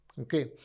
Okay